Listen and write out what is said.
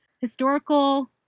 Historical